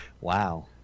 Wow